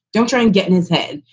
don't try and get in his head.